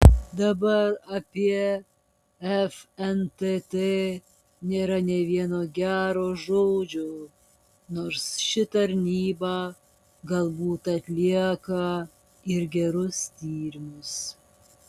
dabar apie fntt nėra nė vieno gero žodžio nors ši tarnyba galbūt atlieka ir gerus tyrimus